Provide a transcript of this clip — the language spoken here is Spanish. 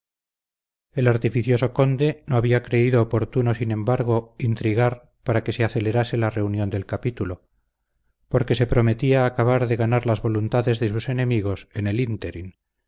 el artificioso conde no había creído oportuno sin embargo intrigar para que se acelerase la reunión del capítulo porque se prometía acabar de ganar las voluntades de sus enemigos en el ínterin